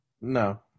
no